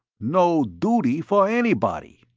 no duty for anybody,